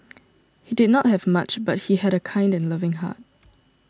he did not have much but he had a kind and loving heart